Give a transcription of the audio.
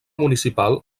municipal